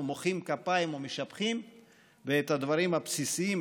מוחאים כפיים ומשבחים ואת הדברים הבסיסיים,